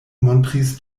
montris